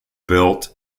built